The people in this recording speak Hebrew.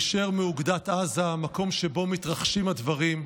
היישר מאוגדת עזה, המקום שבו מתרחשים הדברים,